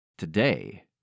Today